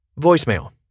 voicemail